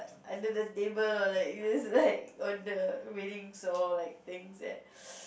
under the table or like just like on the railings or like things that